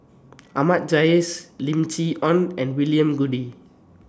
Ahmad Jais Lim Chee Onn and William Goode